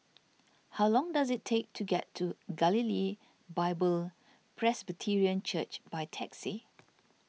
how long does it take to get to Galilee Bible Presbyterian Church by taxi